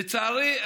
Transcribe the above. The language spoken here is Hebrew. לצערי,